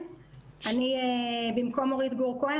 אני במקום אורית גור כהן,